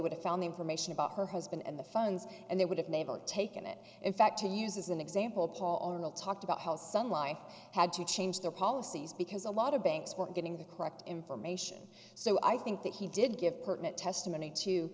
would have found the information about her husband and the funds and they would have naval taken it in fact to use as an example paul o'neill talked about how some life had to change their policies because a lot of banks weren't getting the correct information so i think that he did give pertinent testimony to